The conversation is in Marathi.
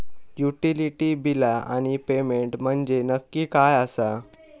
युटिलिटी बिला आणि पेमेंट म्हंजे नक्की काय आसा?